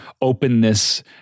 openness